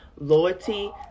loyalty